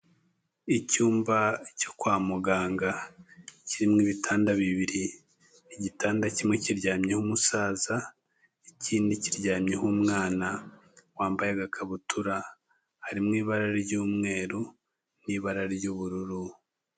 Icyumba cyo kwa muganga kirimo ibitanda bibiri, igitanda kimwe kiryamyeho umusaza, ikindi kiryamyeho umwana wambaye agakabutura, harimo ibara ry'umweru n'ibara ry'ubururu.